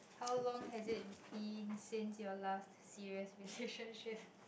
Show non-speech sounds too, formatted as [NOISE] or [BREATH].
how long has it been since your last serious [BREATH] relationship